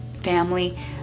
family